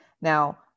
Now